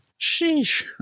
sheesh